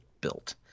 built